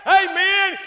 amen